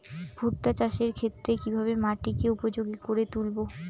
ভুট্টা চাষের ক্ষেত্রে কিভাবে মাটিকে উপযোগী করে তুলবো?